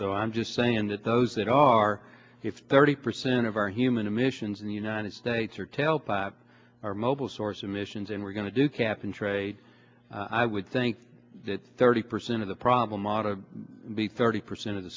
so i'm just saying that those that are if thirty percent of our human emissions in the united states are tailpipe are mobile source emissions and we're going to do cap and trade i would think that thirty percent of the problem ah to be thirty percent of the